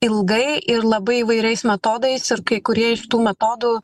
ilgai ir labai įvairiais metodais ir kai kurie iš tų metodų